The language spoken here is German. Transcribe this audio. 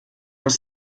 hast